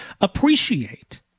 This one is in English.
appreciate